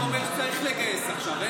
אבל החוק אומר שצריך להתגייס עכשיו.